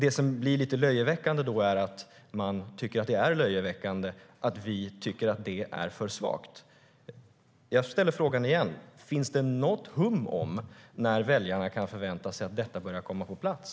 Det som blir lite löjeväckande är att man tycker att det är löjeväckande att vi tycker att detta är för svagt. Jag ställer frågan igen. Finns det något hum om när väljarna kan förvänta sig att detta börjar komma på plats?